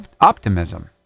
optimism